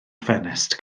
ffenest